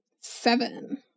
Seven